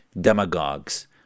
demagogues